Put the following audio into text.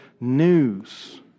news